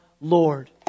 Lord